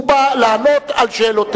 הוא בא לענות על שאלותיך,